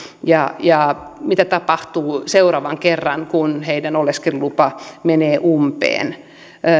ja ja mitä tapahtuu seuraavan kerran kun heidän oleskelulupansa menee umpeen